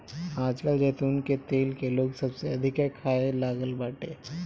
आजकल जैतून के तेल के लोग सबसे अधिका खाए लागल बाटे